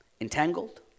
Entangled